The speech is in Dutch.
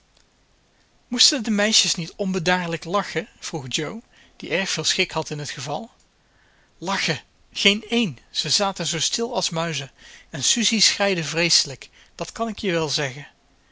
moesten de meisjes niet onbedaarlijk lachen vroeg jo die erg veel schik had in het geval lachen geen een ze zaten zoo stil als muizen en susie schreide vreeselijk dat kan ik je wel zeggen